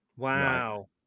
Wow